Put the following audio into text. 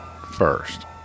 first